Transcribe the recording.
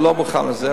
והוא לא מוכן לזה,